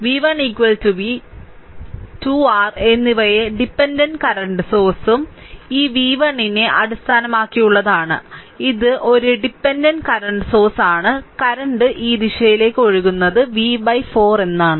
അതിനാൽ v1 v 2 r എന്നിവയെ dependent current source ഈ v1 നെ അടിസ്ഥാനമാക്കിയുള്ളതാണ് ഇത് ഒരു ഡിപെൻഡന്റ് കറന്റ് സോഴ്സ് ആണ് കറന്റ് ഈ ദിശയിലേക്ക് ഒഴുകുന്നു v 4